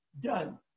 Done